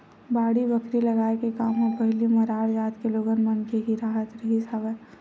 बाड़ी बखरी लगाए के काम ह पहिली मरार जात के लोगन मन के ही राहत रिहिस हवय